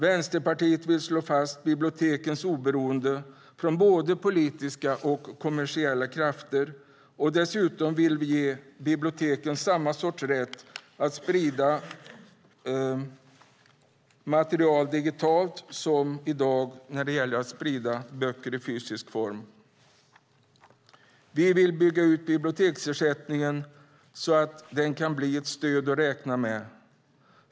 Vänsterpartiet vill slå fast bibliotekens oberoende från både politiska och kommersiella krafter, och dessutom vill vi ge biblioteken samma sorts rätt att sprida material digitalt som de har i dag att sprida böcker i fysisk form. Vi vill bygga ut biblioteksersättningen så att den kan bli ett stöd att räkna med.